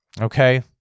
okay